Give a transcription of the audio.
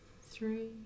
three